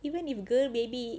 even if girl baby